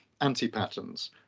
anti-patterns